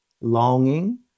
longing